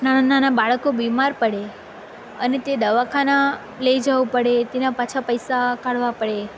નાના બાળકો બીમાર પડે અને તે દવાખાના લઈ જવું પડે પછી તેના પાછા પૈસા કાઢવા પડે